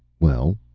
well,